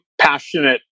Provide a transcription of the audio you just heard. passionate